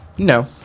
No